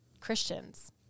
Christians